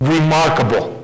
Remarkable